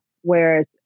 whereas